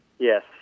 Yes